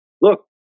Look